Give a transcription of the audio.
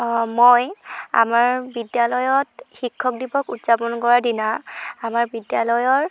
মই আমাৰ বিদ্যালয়ত শিক্ষক দিৱস উদযাপন কৰাৰ দিনা আমাৰ বিদ্যালয়ৰ